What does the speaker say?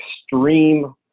extreme